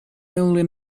only